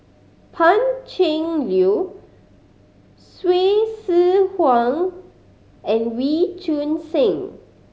Pan Cheng Lui Hsu Tse Kwang and Wee Choon Seng